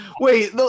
wait